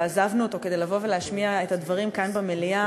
ועזבנו אותו כדי לבוא ולהשמיע את הדברים כאן במליאה